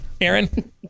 Aaron